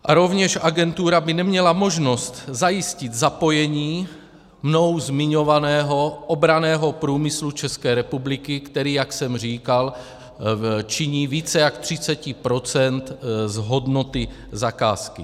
A rovněž by agentura neměla možnost zajistit zapojení mnou zmiňovaného obranného průmyslu České republiky, který, jak jsem říkal, činí více jak 30 % z hodnoty zakázky.